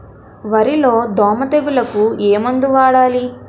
వరిలో దోమ తెగులుకు ఏమందు వాడాలి?